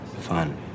fun